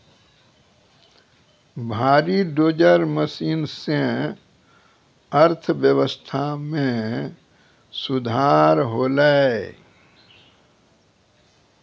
भारी dozer machine सें अर्थव्यवस्था मे सुधार होलय